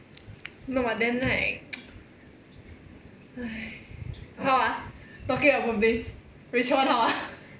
no but then right how ah talking about this rachel one how ah